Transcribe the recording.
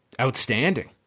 outstanding